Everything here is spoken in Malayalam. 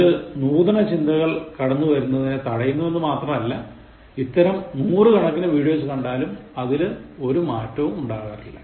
ഇത് നൂതന ചിന്തകൾ കടന്ന് വരുന്നതിനെ തടയുന്നു എന്ന് മാത്രമല്ല ഇത്തരം നൂറുകണക്കിന് വീഡിയോസ് കണ്ടാലും അതിൽ ഒരു മാറ്റവും ഉണ്ടാകില്ല